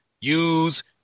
use